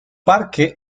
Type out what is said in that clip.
parque